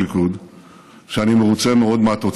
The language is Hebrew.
אני מברך את כולם,